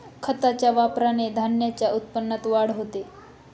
खताच्या वापराने धान्याच्या उत्पन्नात वाढ होते